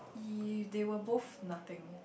y~ they were both nothing